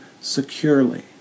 securely